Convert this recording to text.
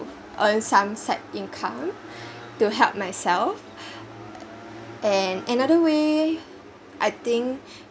earn some side income to help myself and another way I think